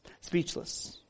Speechless